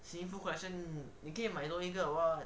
simi full collection 你可以买多一个 or what